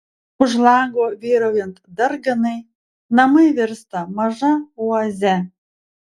už lango vyraujant darganai namai virsta maža oaze